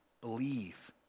Believe